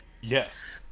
Yes